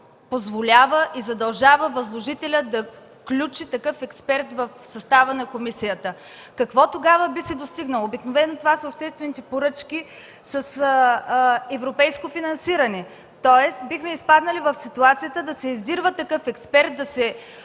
позволява и задължава възложителя да включи такъв експерт в състава на комисията? Какво тогава би се достигнало? Обикновено това са обществените поръчки с европейско финансиране. Тоест, бихме изпаднали в ситуацията да се издирва такъв експерт, да се